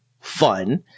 fun